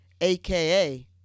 AKA